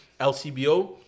LCBO